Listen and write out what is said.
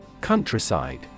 Countryside